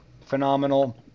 phenomenal